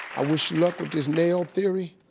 i wish you luck with this nail theory.